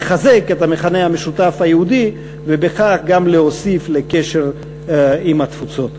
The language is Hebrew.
לחזק את המכנה המשותף היהודי ובכך גם להוסיף לקשר עם התפוצות.